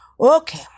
okay